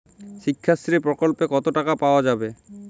শিক্ষাশ্রী প্রকল্পে কতো টাকা পাওয়া যাবে?